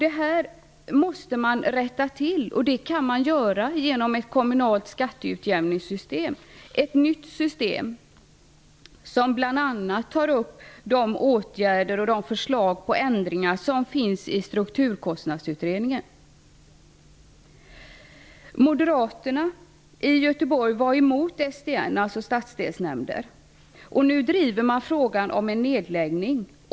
Detta måste rättas till, och det kan man göra genom ett kommunalt skatteutjämningssystem, ett nytt system som bl.a. innefattar de åtgärder och förslag till ändringar som finns i stadsdelsnämnder. Nu driver man frågan om en nedläggning.